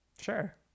Sure